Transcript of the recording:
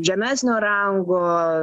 žemesnio rango